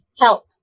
help